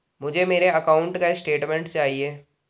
मुझे मेरे अकाउंट का स्टेटमेंट चाहिए?